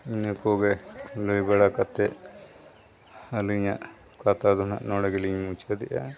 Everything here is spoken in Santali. ᱤᱱᱟᱹᱠᱚᱜᱮ ᱞᱟᱹᱭ ᱵᱟᱲᱟ ᱠᱟᱛᱮ ᱟᱹᱞᱤᱧᱟᱜ ᱠᱟᱛᱷᱟ ᱫᱚ ᱱᱟᱦᱟᱜ ᱱᱚᱰᱮ ᱜᱮᱞᱤᱧ ᱢᱩᱪᱟᱹᱫᱮᱜᱼᱟ